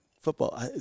football